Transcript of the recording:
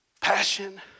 passion